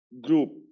Group